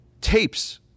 tapes